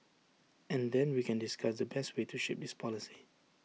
and then we can discuss the best way to shape this policy